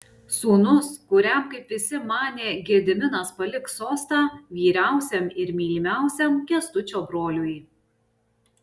sūnus kuriam kaip visi manė gediminas paliks sostą vyriausiam ir mylimiausiam kęstučio broliui